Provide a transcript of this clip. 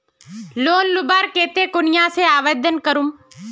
Loan लुबार केते कुनियाँ से आवेदन करूम?